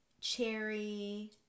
cherry